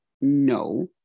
no